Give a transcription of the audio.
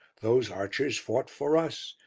those archers fought for us,